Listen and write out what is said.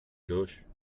gauche